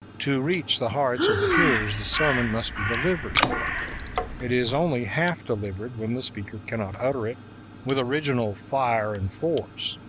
to reach the hearts of the hearers the sermon must be delivered it is only half delivered when the speaker cannot utter it with original fire and force,